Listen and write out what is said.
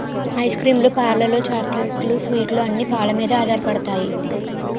ice cream లు పార్లర్లు చాక్లెట్లు స్వీట్లు అన్ని పాలమీదే ఆధారపడతాయి